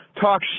talk